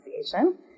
Association